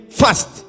fast